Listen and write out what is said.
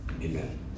amen